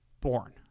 born